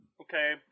Okay